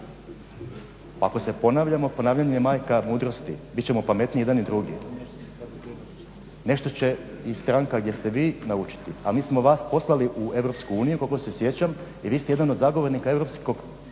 Ako se ponavljamo, ponavljanje je majka mudrosti. Bit ćemo pametniji i jedni i drugi. Nešto će i stranka gdje ste vi naučiti. A mi smo vas poslali u EU koliko se sjećam i vi ste jedan od zagovornika europskog puta